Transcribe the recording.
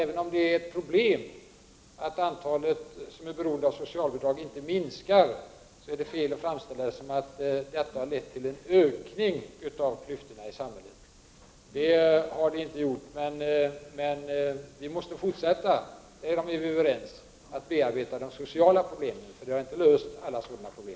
Även om det är ett problem att antalet människor som är beroende av socialbidrag inte minskar, är det fel att framställa detta som att det har lett till en ökning av klyftorna i samhället. Det har det inte gjort. Vi måste emellertid fortsätta att bearbeta de sociala problemen, därom är vi överens, eftersom vi inte har löst alla sådana problem.